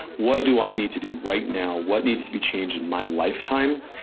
what do i need to do right now? what needs to be changed in my lifetime?